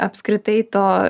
apskritai to